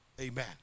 amen